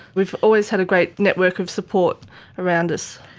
we've always had a great network of support around us.